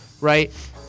right